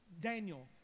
Daniel